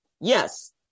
Yes